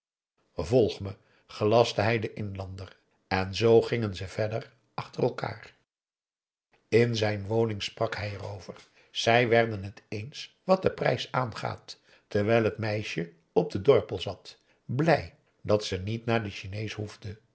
volg me gelastte hij den inlander en zoo gingen ze verder achter elkaar in zijn woning sprak hij erover zij werden het eens wat den prijs aangaat terwijl het meisje op den dorpel zat blij dat ze niet naar den chinees behoefde